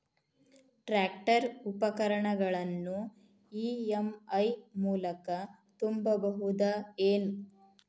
Tractor ಉಪಕರಣಗಳನ್ನು EMI ಮೂಲಕ ತುಂಬಬಹುದ ಏನ್?